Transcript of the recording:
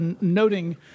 noting